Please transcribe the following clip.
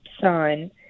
son